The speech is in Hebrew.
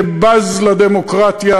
שבז לדמוקרטיה,